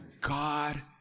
God